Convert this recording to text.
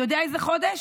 אתה יודע באיזה חודש?